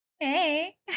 hey